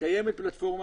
קיימת פלטפורמה,